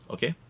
Okay